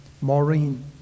Maureen